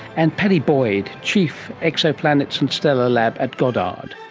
and padi boyd, chief exoplanets and stellar lab at goddard.